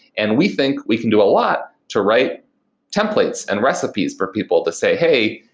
and we think we can do a lot to write templates and recipes for people to say, hey!